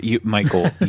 Michael